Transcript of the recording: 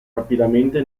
rapidamente